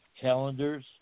calendars